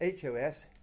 HOS